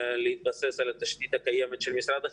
להתבסס על התשתית הקיימת של משרד החינוך,